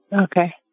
Okay